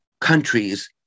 countries